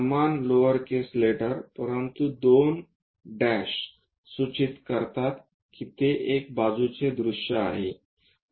समान lower case letter परंतु दोन सूचित करतात की ते एक बाजूच्या दृश्य आहे